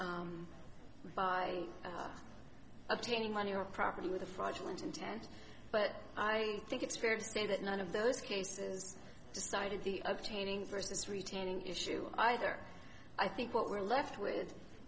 by obtaining money or property with a fraudulent intent but i think it's fair to say that none of those cases cited the obtaining versus retaining issue either i think what we're left with